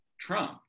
Trump